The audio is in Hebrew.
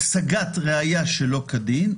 השגת ראיה שלא כדין,